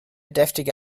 deftige